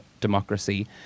democracy